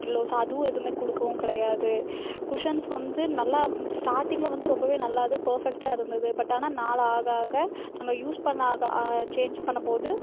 pillows அதுவும் எதுவுமே கொடுக்கவும் கிடையாது குஷன்ஸ் வந்து நல்லா ஸ்டார்ட்டிங்கில் வந்து ரொம்பவே நல்லா இது பர்ஃபெக்ட்டாக இருந்தது பட் ஆனால் நாள் ஆக ஆக நாங்கள் யூஸ் பண்ண அதை சேஞ்சு பண்ணும்போது